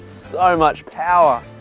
so much power.